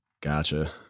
Gotcha